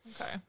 Okay